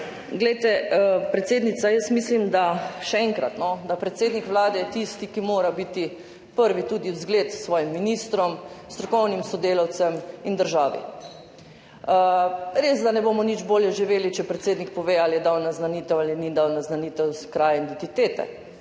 vprašanju. Predsednica, jaz mislim, še enkrat, da je predsednik Vlade tisti, ki mora biti prvi zgled svojim ministrom, strokovnim sodelavcem in državi. Res, da ne bomo nič bolje živeli, če predsednik pove, ali je podal naznanitev ali ni podal naznanitve kraje identitete,